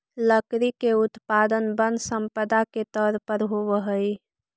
लकड़ी के उत्पादन वन सम्पदा के तौर पर होवऽ हई